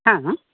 हां